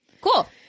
Cool